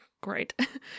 great